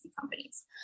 companies